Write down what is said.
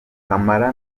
kamara